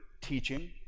teaching